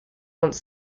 once